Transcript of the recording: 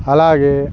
అలాగే